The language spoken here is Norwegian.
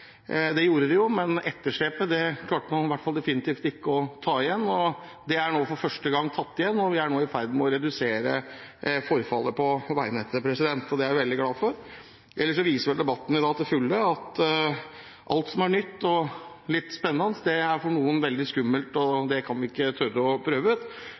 det gjorde de jo, men etterslepet klarte man definitivt ikke å ta igjen, og det er nå for første gang tatt igjen, og vi er nå i ferd med å redusere forfallet på veinettet. Det er vi veldig glade for. Ellers viser vel debatten i dag til fulle at alt som er nytt og litt spennende, er for noen veldig skummelt, og det kan man ikke tørre å prøve ut.